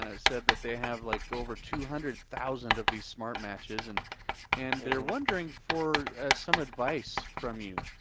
ah said that they have like over two hundred thousand of these smart matches and and they're wondering for some advice from you.